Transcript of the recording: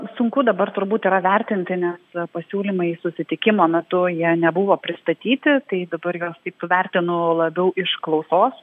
sunku dabar turbūt yra vertinti nes pasiūlymai susitikimo metu jie nebuvo pristatyti tai dabar juos taip vertinu labiau iš klausos